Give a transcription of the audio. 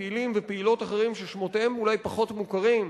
פעילים ופעילות אחרים ששמותיהם אולי פחות מוכרים,